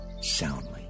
soundly